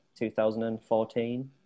2014